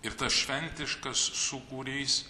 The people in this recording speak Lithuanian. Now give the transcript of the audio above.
ir tas šventiškas sūkurys